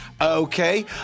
Okay